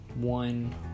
one